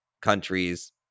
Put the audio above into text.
countries